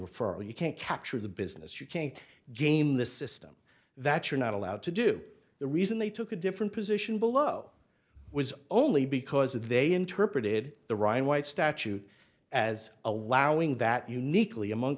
referral you can't capture the business you can't game the system that you're not allowed to do the reason they took a different position below was only because they interpreted the ryan white statute as allowing that uniquely among